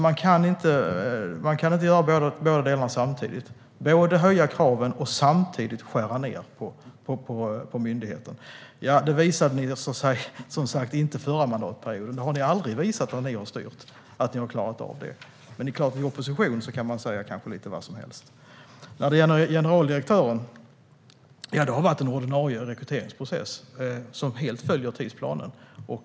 Man kan inte göra båda delarna samtidigt: höja kraven och samtidigt skära ned på myndigheten. Det visade ni, som sagt, förra mandatperioden. När ni har styrt har ni aldrig visat att ni har klarat av det. Men i opposition kan man kanske säga lite vad som helst. När det gäller generaldirektören har det varit en ordinarie rekryteringsprocess, som helt följer tidsplanen.